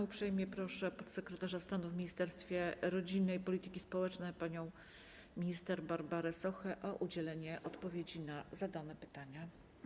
Uprzejmie proszę podsekretarz stanu w Ministerstwie Rodziny i Polityki Społecznej panią minister Barbarę Sochę o udzielenie odpowiedzi na zadane pytania.